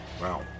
Wow